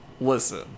listen